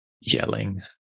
yelling